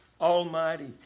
almighty